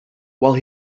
while